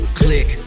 click